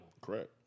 correct